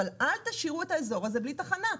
אבל אל תשאירו את האזור הזה בלי תחנה.